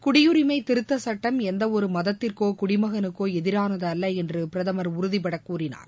குடியுரினம திருத்த சுட்டம் எந்தவொரு மதத்திற்கோ குடிமகனுக்கோ எதிரானது அல்ல என்று பிரதமர் உறுதிபட கூறினார்